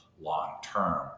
long-term